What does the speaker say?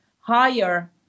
higher